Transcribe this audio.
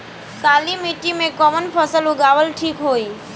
काली मिट्टी में कवन फसल उगावल ठीक होई?